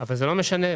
אבל הסכום לא משנה.